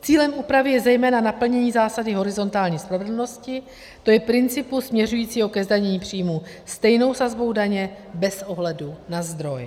Cílem úpravy je zejména naplnění zásady horizontální spravedlnosti, to je principu směřujícího ke zdanění příjmů stejnou sazbou daně bez ohledu na zdroj.